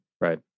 Right